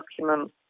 document